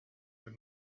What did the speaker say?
with